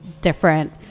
different